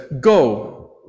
go